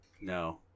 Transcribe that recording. No